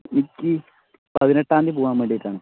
എനിക്ക് പതിനെട്ടാം തീയതി പോകാൻ വേണ്ടിട്ടാണ്